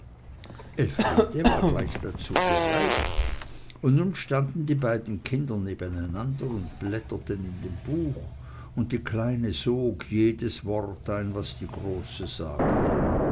elfriede war gleich dazu bereit und nun standen die beiden kinder nebeneinander und blätterten in dem buch und die kleine sog jedes wort ein was die große sagte